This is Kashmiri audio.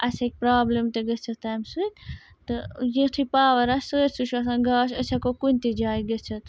اَسہِ ہیٚکہِ پرٛابلِم تہِ گٔژھِتھ تَمہِ سۭتۍ تہٕ یُتھُے پاوَر آسہِ سٲرۍسٕے چھُ آسان گاش أسۍ ہٮ۪کو کُنہِ تہِ جایہِ گٔژھِتھ